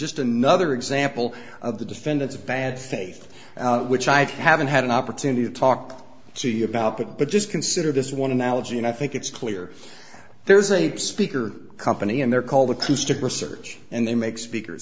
just another example of the defendant's bad faith which i haven't had an opportunity to talk to you about that but just consider this one analogy and i think it's clear there's a speaker company in there called acoustic research and they make speakers